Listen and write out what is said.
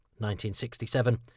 1967